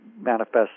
manifests